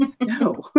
no